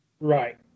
Right